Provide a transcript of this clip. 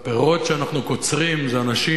והפירות שאנחנו קוצרים זה אנשים,